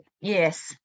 Yes